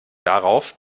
darauf